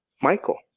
Michael